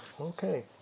Okay